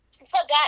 forgot